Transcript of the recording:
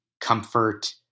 comfort